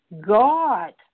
God